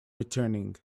returning